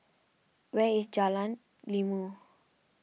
where is Jalan Ilmu